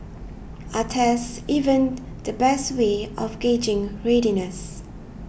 are tests even the best way of gauging readiness